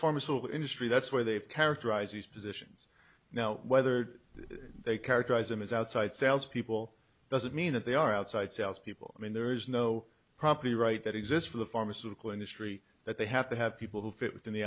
pharmaceutical industry that's why they've characterize these positions now whether they characterize them as outside sales people doesn't mean that they are outside salespeople i mean there is no property right that exists for the pharmaceutical industry that they have to have people who fit within the